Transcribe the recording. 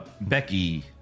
becky